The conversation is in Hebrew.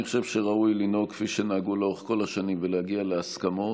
אני חושב שראוי לנהוג כפי שנהגו לאורך כל השנים ולהגיע להסכמות.